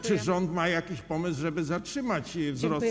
Czy rząd ma jakiś pomysł, żeby zatrzymać wzrost cen.